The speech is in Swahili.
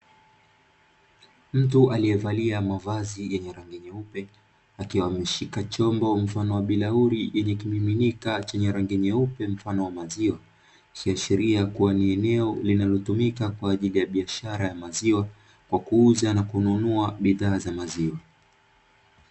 Mtu aliyevalia mavazi yenye rangi nyeupe akiwa ameshika chombo mfano wa birauli, yenye kimiminika cha rangi nyeupe mfano wa maziwa. Ikiashiria ni kuwa ni eneo linalotumika kwaajili ya biashara ya maziwa kwa kuuza na kununua bidhaa za maziwa.